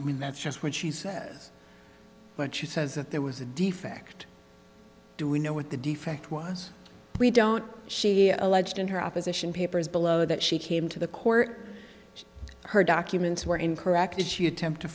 i mean that's just what she says when she says that there was a defect do we know what the defect was we don't she alleged in her opposition papers below that she came to the court her documents were incorrect that she attempt to